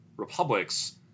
republics